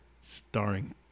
starring